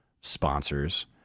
sponsors